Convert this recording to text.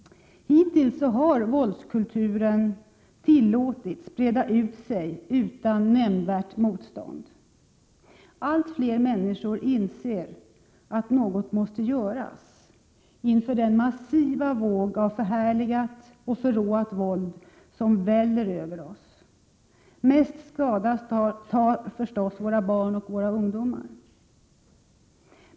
Hittills har våldskulturen tillåtits breda ut sig utan nämnvärt motstånd. Allt fler människor inser dock att något måste göras inför den massiva våg av förhärligat och förråat våld som väller över oss. Mest skada tar förstås våra barn och ungdomar.